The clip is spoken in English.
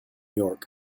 york